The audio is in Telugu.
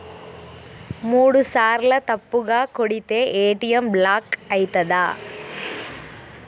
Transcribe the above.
మూడుసార్ల తప్పుగా కొడితే ఏ.టి.ఎమ్ బ్లాక్ ఐతదా?